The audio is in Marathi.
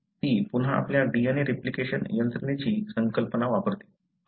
ती पुन्हा आपल्या DNA रिप्लिकेशन यंत्रणेची संकल्पना वापरते